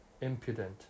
impudent